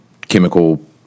chemical